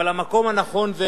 אבל המקום הנכון זה